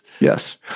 Yes